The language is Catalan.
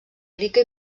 rica